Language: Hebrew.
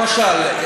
למשל,